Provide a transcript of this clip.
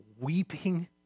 weeping